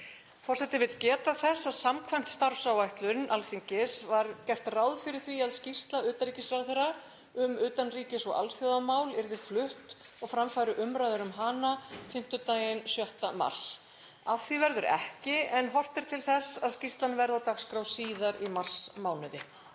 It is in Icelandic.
Forseti vill geta þess að samkvæmt starfsáætlun Alþingis var gert ráð fyrir að skýrsla utanríkisráðherra um utanríkis- og alþjóðamál yrði flutt og fram færu umræður um hana fimmtudaginn 6. mars. Af því verður ekki, en horft er til þess að skýrslan verði á dagskrá síðar í marsmánuði.